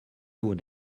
would